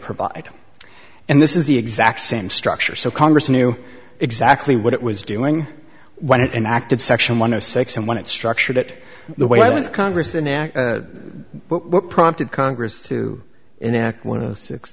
provide and this is the exact same structure so congress knew exactly what it was doing when it enacted section one of six and when it structured it the way the congress and what prompted congress to enact one of the six